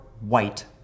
white